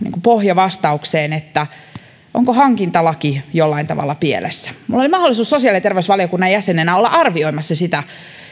pohjavastaukseen että onko hankintalaki jollain tavalla pielessä minulla oli mahdollisuus sosiaali ja terveysvaliokunnan jäsenenä olla arvioimassa sitä